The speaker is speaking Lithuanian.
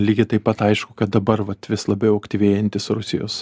lygiai taip pat aišku kad dabar vat vis labiau aktyvėjantys rusijos